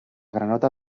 granota